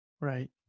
Right